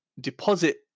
deposit